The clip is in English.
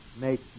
make